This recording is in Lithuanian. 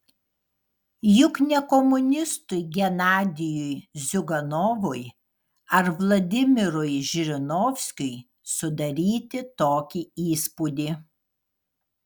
juk ne komunistui genadijui ziuganovui ar vladimirui žirinovskiui sudaryti tokį įspūdį